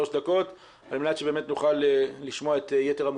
דקות על מנת שבאמת נוכל לשמוע את יתר המוזמנים.